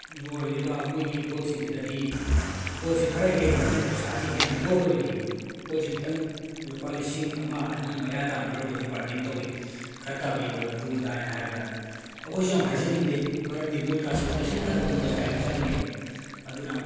ꯌꯣꯜꯂꯤꯕ ꯃꯣꯏꯒꯤ ꯄꯣꯠꯁꯤꯡꯁꯤꯗꯗꯤ ꯄꯣꯠꯁꯦ ꯈꯔ ꯍꯦꯟꯅ ꯑꯩꯈꯣꯏꯅ ꯄꯩꯁꯥꯁꯦ ꯍꯦꯟꯅ ꯂꯧꯔꯒꯗꯤ ꯄꯣꯠꯁꯤ ꯈꯤꯇꯪ ꯂꯨꯄꯥ ꯂꯤꯁꯤꯡ ꯑꯃ ꯑꯅꯤ ꯃꯌꯥ ꯇꯥꯅ ꯂꯧꯔꯒꯗꯤ ꯕꯥꯔꯒꯦꯟ ꯇꯧꯋꯤ ꯈꯔ ꯇꯥꯕꯤꯔꯛꯑꯣ ꯑꯗꯨ ꯑꯗꯥꯑꯅ ꯍꯥꯏꯕꯗ ꯑꯩꯈꯣꯏꯁꯨ ꯌꯥꯝ ꯍꯥꯏꯖꯅꯤꯡꯗꯦ ꯃꯔꯝꯗꯤ ꯃꯣꯏ ꯇ꯭ꯔꯥꯟꯁꯄꯣꯔꯠꯇꯦꯁꯟ ꯈꯛꯇꯪꯗ ꯄꯩꯁꯥ ꯌꯥꯝ ꯆꯪꯉꯦꯕ ꯑꯗꯨꯅ